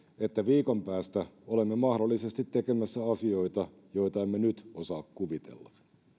että viikon päästä olemme mahdollisesti tekemässä asioita joita emme nyt osaa kuvitella